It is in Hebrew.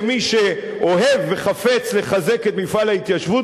כמי שאוהב וחפץ לחזק את מפעל ההתיישבות,